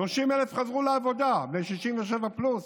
30,000 חזרו לעבודה, בני 67 פלוס,